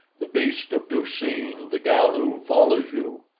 the beast of du-seen the galu follows you.